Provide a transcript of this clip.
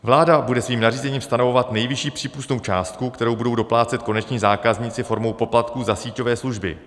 Vláda bude svým nařízením stanovovat nejvyšší přípustnou částku, kterou budou doplácet koneční zákazníci formou poplatků za síťové služby.